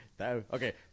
Okay